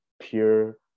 pure